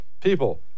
People